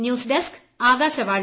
news desk Akashvani